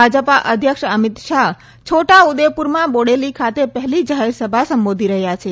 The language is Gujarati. ભાજપ અધ્યક્ષ અમિત શાહ છોટાઉદેપૂરમાં બોડેલી ખાતે પહેલી જાહેરસભા સંબોધી રહ્યા છે